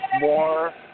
more